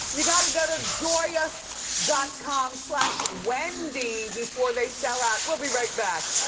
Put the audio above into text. you gotta go to joyus dot com slash wendy before they sell out, we'll be right back.